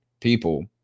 people